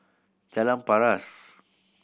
Jalan Paras